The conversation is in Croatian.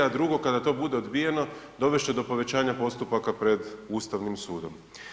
A drugo, kada to bude odbijeno dovesti će do povećanja postupaka pred Ustavnim sudom.